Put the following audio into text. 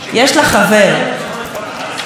לחבר קוראים משה אדרי.